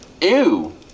ew